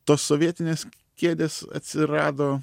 tos sovietinės kėdės atsirado